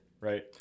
right